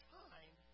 time